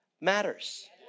matters